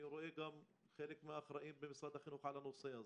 אני רואה גם חלק מהאחראיים במשרד החינוך על הנושא הזה.